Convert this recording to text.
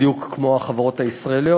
בדיוק כמו החברות הישראליות.